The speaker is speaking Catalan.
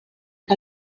que